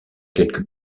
quelques